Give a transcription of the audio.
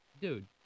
Dude